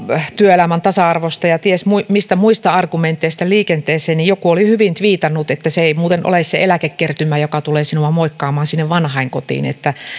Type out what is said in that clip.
työelämän tasa arvosta ja ties mistä muista argumenteista liikenteeseen niin joku oli hyvin tviitannut että se ei muuten ole se eläkekertymä joka tulee sinua moikkaamaan sinne vanhainkotiin